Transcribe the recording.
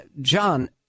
John